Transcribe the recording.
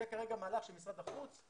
זה כרגע מהלך של משרד החוץ.